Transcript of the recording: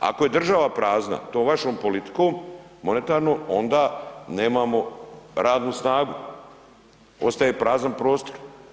Ako je država prazna tom vašom politikom monetarnom onda nemamo radno snagu, ostaje prazan prostor.